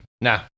Nah